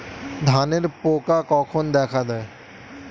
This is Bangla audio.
ধানের পোকা কখন দেখা দেয়?